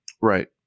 Right